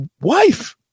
wife